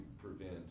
prevent